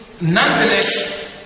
nonetheless